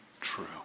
true